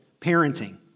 parenting